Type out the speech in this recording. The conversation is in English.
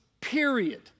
period